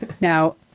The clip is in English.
Now